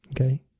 Okay